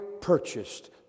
purchased